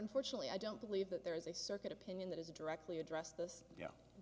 unfortunately i don't believe that there is a circuit opinion that is directly addressed this